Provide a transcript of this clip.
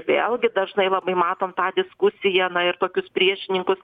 vėlgi dažnai labai matom tą diskusiją na ir tokius priešininkus